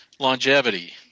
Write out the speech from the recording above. longevity